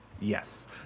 Yes